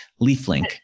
LeafLink